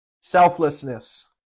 Selflessness